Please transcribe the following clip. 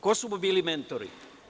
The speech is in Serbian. Ko su mu bili mentori?